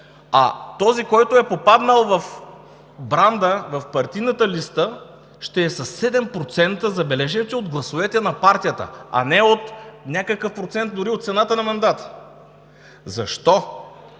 а този, който е попаднал в бранда, в партийната листа е със 7%, забележете, от гласовете на партията, не от някакъв процент дори от цената на мандата? Защо?